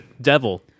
devil